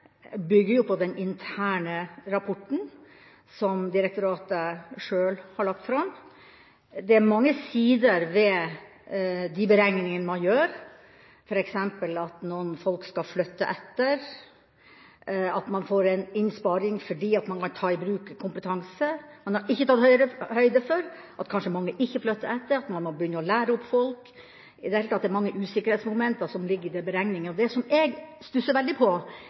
direktoratet sjøl har lagt fram. Det er mange sider ved de beregningene man gjør, f.eks. at noen folk skal flytte etter, og at man får en innsparing fordi man kan ta i bruk kompetanse. Man har ikke tatt høyde for at mange kanskje ikke flytter etter, at man må begynne å lære opp folk – i det hele tatt er det mange usikkerhetsmomenter som ligger i de beregningene. Det som jeg stusser veldig på,